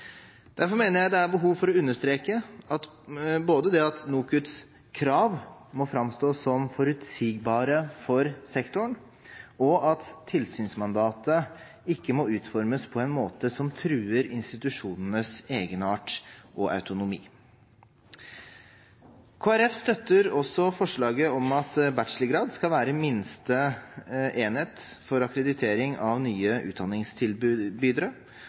Derfor mener jeg det er behov for å understreke både det at NOKUTs krav må framstå som forutsigbare for sektoren, og at tilsynsmandatet ikke må utformes på en måte som truer institusjonenes egenart og autonomi. Kristelig Folkeparti støtter også forslaget om at bachelorgrad skal være minste enhet for akkreditering av nye